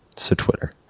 so, twitter.